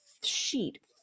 sheet